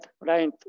right